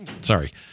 Sorry